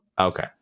Okay